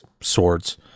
swords